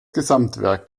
gesamtwerk